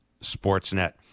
Sportsnet